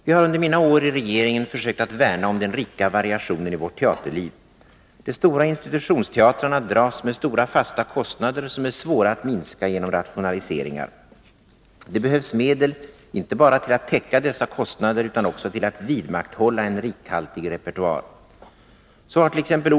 Vi har under mina år i regeringen försökt att värna om den rika variationen i vårt teaterliv. De stora institutionsteatrarna dras med stora fasta kostnader, som är svåra att minska genom rationaliseringar. Det behövs medel inte bara till att täcka dessa kostnader utan också till att vidmakthålla en rikhaltig repertoar. Så har t.ex.